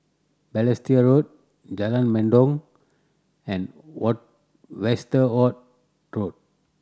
Balestier Road Jalan Mendong and what Westerhout Road